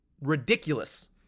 ridiculous